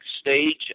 stage